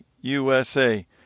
USA